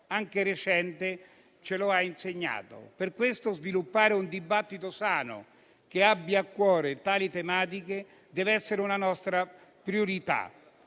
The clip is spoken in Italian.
anche recente, ce lo ha insegnato. Per questo sviluppare un dibattito sano, che abbia a cuore tali tematiche, deve essere una nostra priorità.